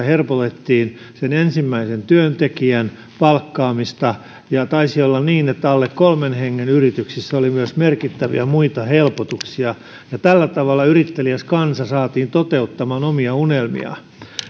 helpotettiin sen ensimmäisen työntekijän palkkaamista ja taisi olla niin että alle kolmen hengen yrityksissä oli myös merkittäviä muita helpotuksia tällä tavalla yritteliäs kansa saatiin toteuttamaan omia unelmiaan